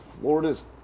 florida's